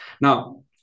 Now